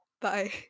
Bye